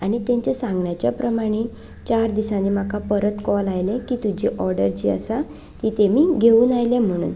आनी तांच्या सांगणेच्या प्रमाणे चार दिसांनी म्हाका परत कॉल आयले की तुजी ऑर्डर जी आसा ती तेमी घेवन आयल्या म्हणून